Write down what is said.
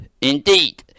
Indeed